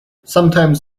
sometimes